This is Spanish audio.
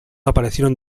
aparecieron